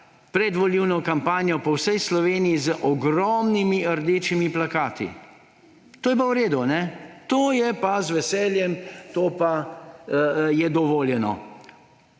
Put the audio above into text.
predvolilno kampanjo po vsej Sloveniji z ogromnimi rdečimi plakati. To je pa v redu, kajne? To je pa z veseljem, to je pa dovoljeno.